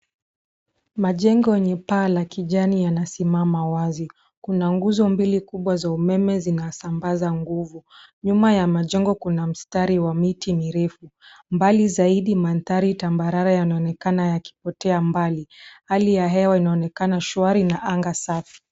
Majengo yenye paa la kijani yanasimama wazi. Kuna nguzo mbili kubwa za umeme zinasambaza nguvu. Nyuma ya majengo kuna mstari wa miti mirefu. Mbali zaidi, mandhari tambarare yanaonekana yakipotea mbali. Hali ya hewa inaonekana shwari na anga safi.